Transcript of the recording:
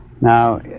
Now